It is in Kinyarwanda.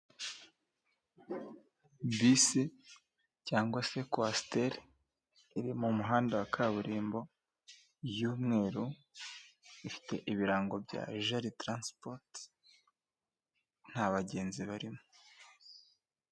Bisi cyangwa se kwasiteri iri mu muhanda wa kaburimbo y'umweru ifite ibirango bya jaritaransipoti nta bagenzi barimo.